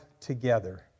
together